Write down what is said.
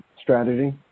strategy